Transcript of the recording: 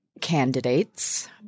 candidates